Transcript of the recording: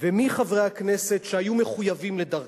ומי חברי הכנסת שהיו מחויבים לדרכם,